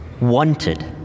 wanted